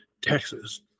Texas